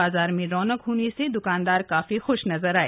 बाजार में रौनक होने से द्कानदार काफी ख्श नजर आए